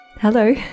hello